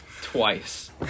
twice